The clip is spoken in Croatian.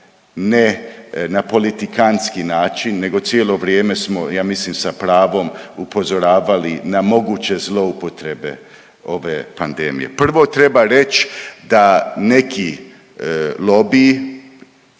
ne na politikantski način nego cijelo vrijeme smo ja mislim sa pravom upozoravali na moguće zloupotrebe ove pandemije. Prvo treba reć da neki lobiji,